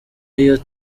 y’iyo